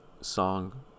song